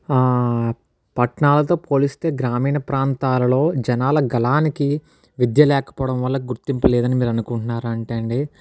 పట్నాలతో పోలిస్తే గ్రామీణ ప్రాంతాలలో జనాల గలానికి విద్య లేకపోవడం వల్ల గుర్తింపు లేదని మీరు అనుకుంటున్నారా అంటే అండి